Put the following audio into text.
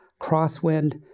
crosswind